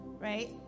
Right